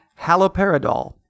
haloperidol